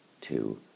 Two